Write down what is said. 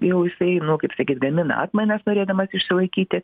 jau jisai nu kaip sakyt gamina atmainas norėdamas išsilaikyti